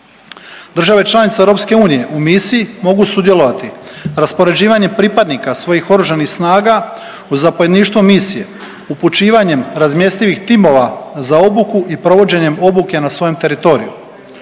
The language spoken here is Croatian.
Države članice EU u misiji mogu sudjelovati raspoređivanjem pripadnika svojih oružanih snaga u zapovjedništvo misije, upućivanjem razmjestivih timova za obuku i provođenjem obuke na svojem teritoriju.